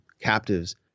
captives